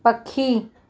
पखी